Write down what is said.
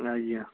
ଆଜ୍ଞା